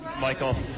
michael